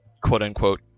quote-unquote